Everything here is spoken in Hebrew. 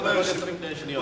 תשאירי, תני לנו, שניהנה.